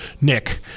Nick